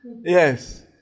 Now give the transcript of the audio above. yes